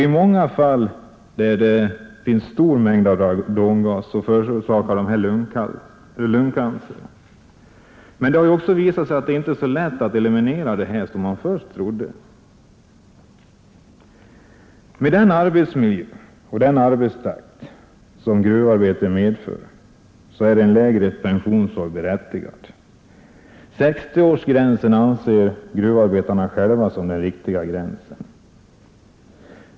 I sådana gruvor där det finns stora mängder radongas har dessa i många fall förorsakat lungcancer. Det har också visat sig att det inte är så lätt att eliminera de gaserna som man först trodde. Med den arbetsmiljö och den arbetstakt som gruvarbetarna har är en lägre pensionsålder berättigad. 60 år anses av gruvarbetarna själva vara den riktiga pensionsgränsen.